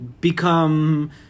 become –